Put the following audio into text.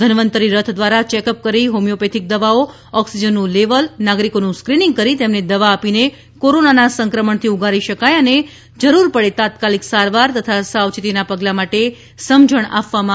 ધન્વંતરિ રથ દ્વારા ચેકઅપ કરી હોમિયોપેથીક દવાઓ ઓકિસજનનું લેવલ નાગરિકોનું સ્ક્રીનીંગ કરી તેમને દવા આપીને કોરોનાના સંક્રમણથી ઉગારી શકાય અને જરૂર પડ્યે તાત્કાલિક સારવાર તથા સાવયેતીના પગલા માટે સમજણ આપવામાં આવી રહી છે